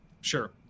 Sure